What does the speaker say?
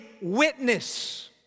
witness